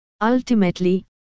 Ultimately